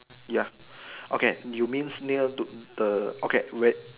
ya okay you means near to the okay wait